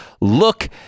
look